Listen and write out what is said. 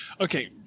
Okay